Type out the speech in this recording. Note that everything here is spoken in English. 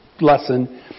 lesson